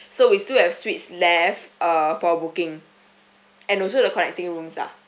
so we still have suites left uh for booking and also the connecting rooms lah